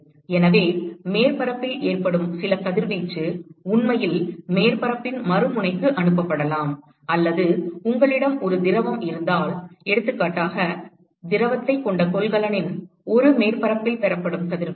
எனவே மேற்பரப்பில் ஏற்படும் சில கதிர்வீச்சு உண்மையில் மேற்பரப்பின் மறுமுனைக்கு அனுப்பப்படலாம் அல்லது உங்களிடம் ஒரு திரவம் இருந்தால் எடுத்துக்காட்டாக திரவத்தைக் கொண்ட கொள்கலனின் ஒரு மேற்பரப்பில் பெறப்படும் கதிர்வீச்சு